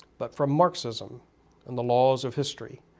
but from marxism and the laws of history,